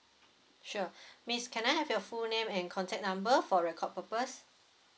sure miss can I have your full name and contact number for record purpose